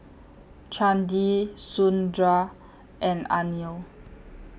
Chandi Sundar and Anil